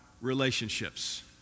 relationships